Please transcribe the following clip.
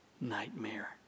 nightmare